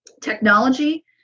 Technology